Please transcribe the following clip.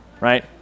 right